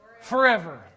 forever